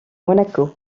monaco